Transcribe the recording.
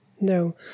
no